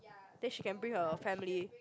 then she can bring her family